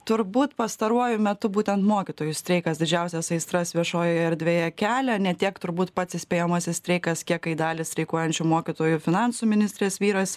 turbūt pastaruoju metu būtent mokytojų streikas didžiausias aistras viešojoje erdvėje kelia ne tiek turbūt pats įspėjamasis streikas kiek kai dalį streikuojančių mokytojų finansų ministrės vyras